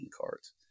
cards